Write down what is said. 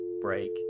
break